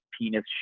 penis